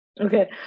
Okay